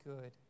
good